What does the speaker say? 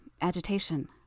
Agitation